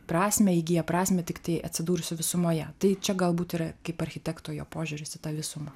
prasmę įgyja prasmę tiktai atsidūrusi visumoje tai čia galbūt yra kaip architekto jo požiūris į tą visumą